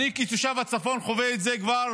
אני כתושב הצפון חווה את זה כבר